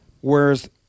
Whereas